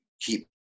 keep